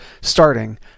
starting